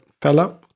fella